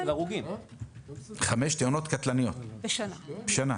חמש תאונות קטלניות בשנה.